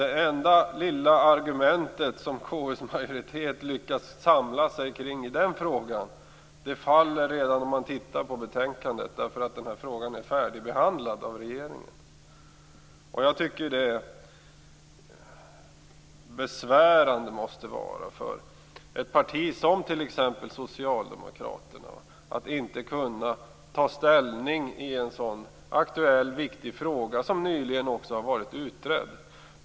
Det enda lilla argument som KU:s majoritet lyckas samla sig kring i den frågan faller redan när man läser betänkandet, därför att denna fråga är färdigbehandlad av regeringen. Jag tycker att det måste vara besvärande för ett parti, t.ex. Socialdemokraterna, att inte kunna ta ställning i en så aktuell och viktig fråga som nyligen har utretts.